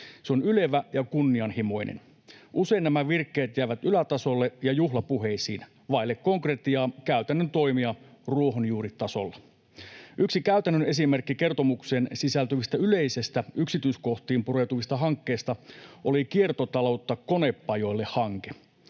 Se on ylevä ja kunnianhimoinen. Usein nämä virkkeet jäävät ylätasolle ja juhlapuheisiin — vaille konkretiaa, käytännön toimia ruohonjuuritasolla. Yksi käytännön esimerkki kertomukseen sisältyvistä yleisistä yksityiskohtiin pureutuvista hankkeista oli Kiertotaloutta konepajoille ‑hanke.